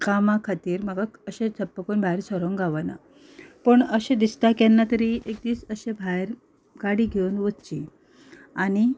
कामा खातीर म्हाका झप्प करून भायर सरोंक गावना पूण अशें दिसता केन्नातरी एक दीस अशें भायर गाडी घेवन वचचीं आनी